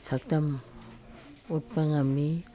ꯁꯛꯇꯝ ꯎꯠꯄ ꯉꯝꯃꯤ